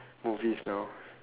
movies now